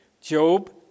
Job